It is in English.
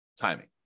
timing